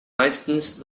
meistens